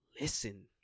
listen